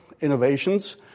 innovations